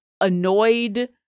annoyed